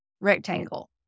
rectangle